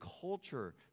culture